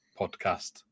podcast